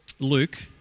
Luke